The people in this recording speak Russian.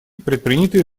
предпринятые